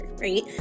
right